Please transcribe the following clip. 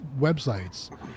websites